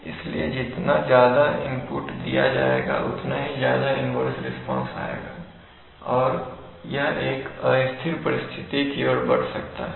इसलिए जितना ज्यादा इनपुट दिया जाएगा उतना ही ज्यादा इन्वर्स रिस्पांस आएगा और यह एक अस्थिर परिस्थिति की ओर बढ़ सकता है